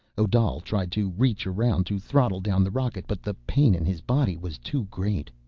odal tried to reach around to throttle down the rocket, but the pain in his body was too great.